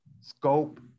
scope